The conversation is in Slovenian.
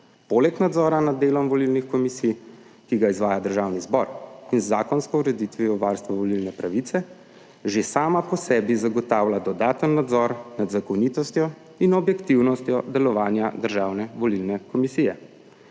poleg nadzora nad delom volilnih komisij, ki ga izvaja Državni zbor in z zakonsko ureditvijo v varstvu volilne pravice, že sama po sebi zagotavlja dodaten nadzor nad zakonitostjo in objektivnostjo delovanja Državne volilne komisije.